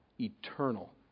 eternal